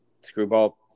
Screwball